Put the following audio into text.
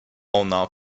ona